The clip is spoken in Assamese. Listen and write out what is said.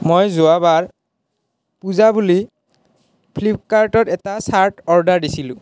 মই যোৱাবাৰ পূজা বুলি ফ্লিপকাৰ্টত এটা চাৰ্ট অৰ্ডাৰ দিছিলোঁ